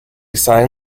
sign